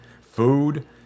Food